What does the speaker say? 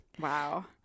Wow